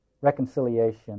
reconciliation